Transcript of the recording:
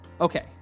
Okay